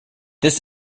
this